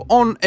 on